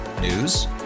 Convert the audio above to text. News